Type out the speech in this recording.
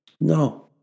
No